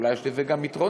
אולי יש לזה גם יתרונות,